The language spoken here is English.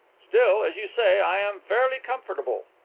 still, as you say, i am fairly comfortable.